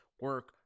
Work